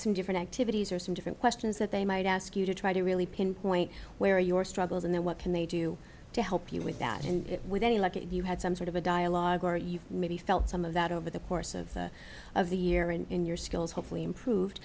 some different activities or some different questions that they might ask you to try to really pinpoint where your struggles and then what can they do to help you with that and with any luck if you had some sort of a dialogue or you maybe felt some of that over the course of of the year in your skills hopefully improved